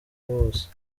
bose